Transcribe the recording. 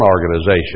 organization